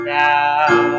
now